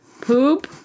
Poop